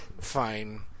Fine